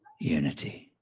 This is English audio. Unity